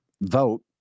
vote